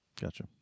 Gotcha